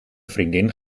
vriendin